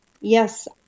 Yes